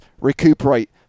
recuperate